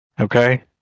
okay